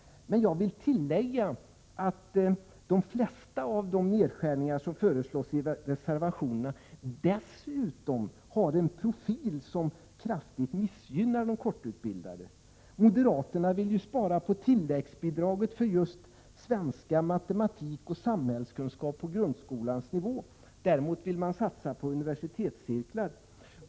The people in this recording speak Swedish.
De flesta av de nedskärningar som föreslås i reservationerna har dessutom en profil som kraftigt missgynnar människor med kort utbildning. Moderaterna vill spara på tilläggsbidraget för svenska, matematik och samhällskunskap på grundskolenivå. Däremot vill man satsa på universitetscirklar.